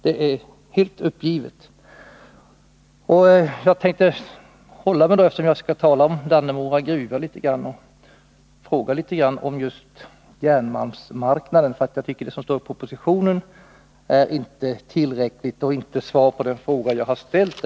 Jag tänkte här hålla mig till att tala litet grand om Dannemora gruva och fråga om just järnmalmsmarknaden, ty jag tycker att det som står i propositionen inte är tillräckligt och inte utgör ett svar på den fråga som jag har ställt.